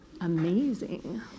amazing